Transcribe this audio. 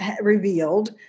revealed